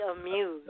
amused